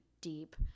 deep